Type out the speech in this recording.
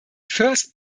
first